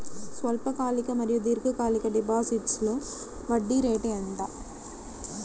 స్వల్పకాలిక మరియు దీర్ఘకాలిక డిపోజిట్స్లో వడ్డీ రేటు ఎంత?